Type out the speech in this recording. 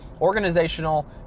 organizational